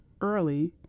early